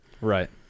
right